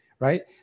right